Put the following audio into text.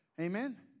Amen